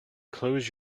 close